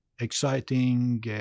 exciting